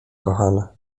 kochana